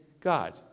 God